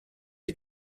les